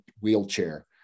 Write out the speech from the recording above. wheelchair